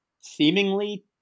seemingly